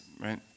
right